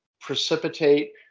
precipitate